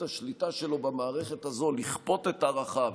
השליטה שלו במערכת הזו לכפות את ערכיו